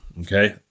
Okay